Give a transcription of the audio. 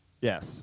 Yes